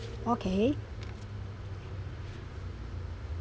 okay